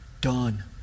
done